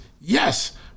yes